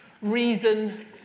reason